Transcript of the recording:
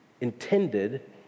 intended